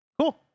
Cool